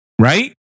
Right